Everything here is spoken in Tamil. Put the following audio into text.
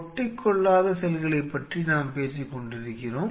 ஒட்டிக்கொள்ளாத செல்களைப் பற்றி நாம் பேசிக்கொண்டிருக்கிறோம்